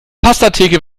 pastatheke